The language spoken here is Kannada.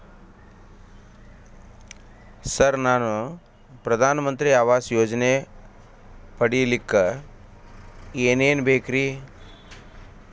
ಸರ್ ನಾನು ಪ್ರಧಾನ ಮಂತ್ರಿ ಆವಾಸ್ ಯೋಜನೆ ಪಡಿಯಲ್ಲಿಕ್ಕ್ ಏನ್ ಏನ್ ಬೇಕ್ರಿ?